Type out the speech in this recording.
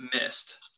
missed